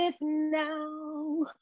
now